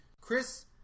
Chris